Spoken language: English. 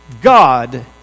God